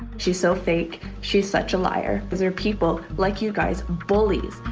she's so fake. she's such a liar. these are people like you guys, bullies.